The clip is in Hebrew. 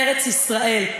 ארץ-ישראל.